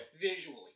Visually